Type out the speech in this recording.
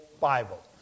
Bible